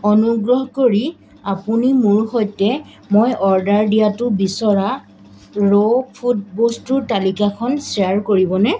অনুগ্ৰহ কৰি আপুনি মোৰ সৈতে মই অৰ্ডাৰ দিয়াটো বিচৰা ৰ' ফুড বস্তুৰ তালিকাখন শ্বেয়াৰ কৰিবনে